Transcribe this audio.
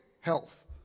health